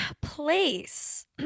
place